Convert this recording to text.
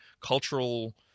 cultural